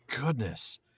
goodness